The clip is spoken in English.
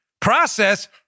Process